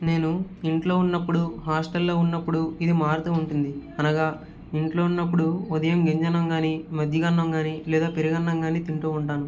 నేను ఇంట్లో ఉన్నపుడు హోస్టల్లో ఉన్నపుడు ఇది మారుతూ ఉంటుంది అనగా ఇంట్లో ఉన్నప్పుడు ఉదయం గంజి అన్నం కానీ మజ్జిగ అన్నం కానీ లేదా పెరుగు అన్నం కానీ తింటూ ఉంటాను